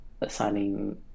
assigning